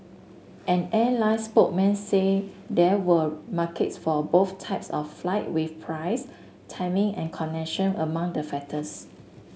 an airline spokesman say there were markets for both types of flight with price timing and connection among the factors